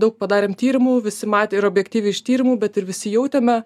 daug padarėm tyrimų visi matė ir objektyviai iš tyrimų bet ir visi jautėme